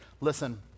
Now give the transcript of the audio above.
Listen